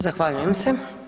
Zahvaljujem se.